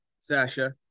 Sasha